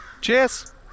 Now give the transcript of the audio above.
Cheers